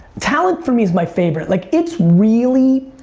talent for me is my favorite. like it's really,